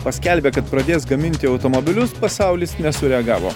paskelbė kad pradės gaminti automobilius pasaulis nesureagavo